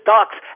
Ducks